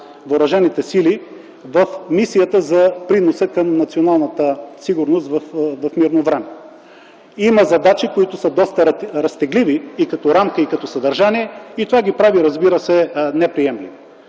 въоръжените сили в мисията за приноса към националната сигурност в мирно време. Има задачи, които са доста разтегливи и като рамка, и като съдържание, и това ги прави неприемливи.